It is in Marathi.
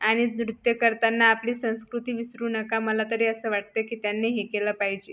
आणि नृत्य करताना आपली संस्कृती विसरू नका मला तरी असं वाटतं की त्यांनी हे केलं पाहिजे